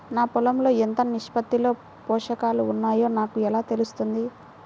నా పొలం లో ఎంత నిష్పత్తిలో పోషకాలు వున్నాయో నాకు ఎలా తెలుస్తుంది?